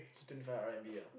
student five R_M_B ah